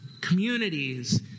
communities